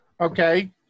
Okay